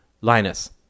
Linus